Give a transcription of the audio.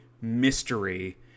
mystery